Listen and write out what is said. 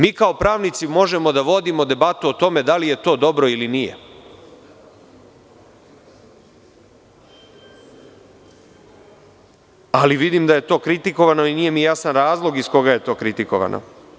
Mi kao pravnici možemo da vodimo debatu o tome da li je to dobro ili nije, ali vidim da je to kritikovano i nije mi jasan razlog iz koga je to kritikovano.